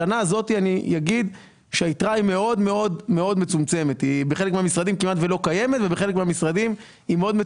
השנה הזאת היתרה מאוד מאוד מצומצמת - בחלק מהמשרדים היא כמעט ולא קיימת,